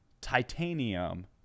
titanium